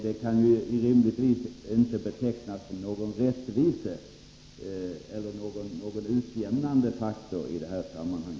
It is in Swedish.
Det kan rimligtvis inte betecknas som någon rättvisefaktor eller någon utjämnande faktor i detta sammanhang.